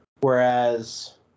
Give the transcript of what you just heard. Whereas